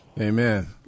Amen